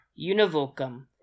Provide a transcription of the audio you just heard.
univocum